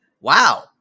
wow